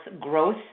growth